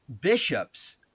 bishops